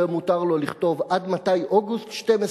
שיהיה מותר לו לכתוב: "עד מתי אוגוסט 12"